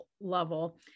level